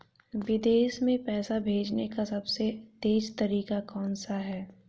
विदेश में पैसा भेजने का सबसे तेज़ तरीका कौनसा है?